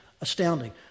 astounding